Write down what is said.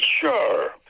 Sure